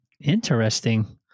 Interesting